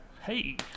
hey